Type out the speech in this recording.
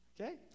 Okay